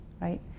right